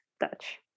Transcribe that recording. Dutch